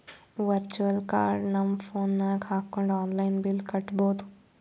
virtual card ನಮ್ phone ನಾಗ್ ಹಾಕೊಂಡ್ ಆನ್ಲೈನ್ ಬಿಲ್ ಕಟ್ಟಬೋದು